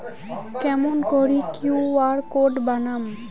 কেমন করি QR code বানাম?